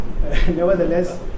Nevertheless